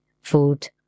food